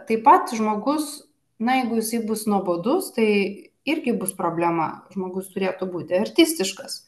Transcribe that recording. tai pats žmogus na jeigu jisai bus nuobodus tai irgi bus problema žmogus turėtų būti artistiškas